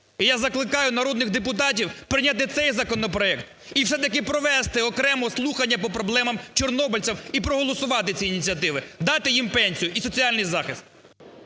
я закликаю народних депутатів прийнятий цей законопроект і все-таки провести окремо слухання по проблемам чорнобильців і проголосувати ці ініціативи, дати їм пенсію і соціальний захист.